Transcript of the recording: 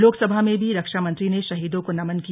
लोकसभा में भी रक्षामंत्री ने शहीदों को नमन किया